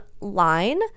line